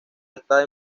está